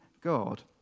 God